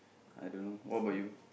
I don't know what about you